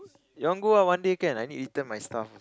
you want go ah one day can I need return my stuff